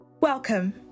Welcome